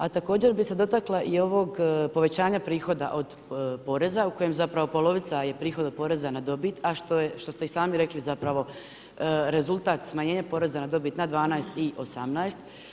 A također bih se dotakla i ovog povećanja prihoda od poreza u kojem zapravo polovica je prihod od poreza na dobit a što ste i sami rekli zapravo rezultat smanjenja poreza na dobit na 12 i 18.